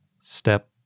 step